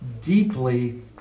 deeply